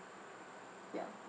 ya